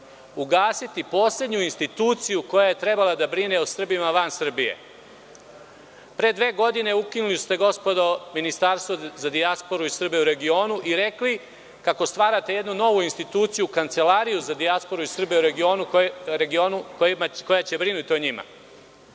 ugasiti i poslednju instituciju koja je trebalo da brine o Srbima van Srbije. Pre dve godine ukinuli ste Ministarstvo za dijasporu i Srbe u regionu i rekli kako stvarate jednu novu instituciju, Kancelariju za dijasporu i Srbe u regionu koja će brinuti o njima.